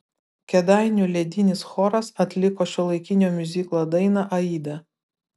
kėdainių ledinis choras atliko šiuolaikinio miuziklo dainą aida